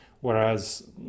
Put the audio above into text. whereas